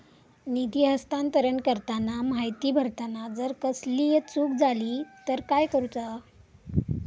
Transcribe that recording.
निधी हस्तांतरण करताना माहिती भरताना जर कसलीय चूक जाली तर काय करूचा?